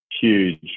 huge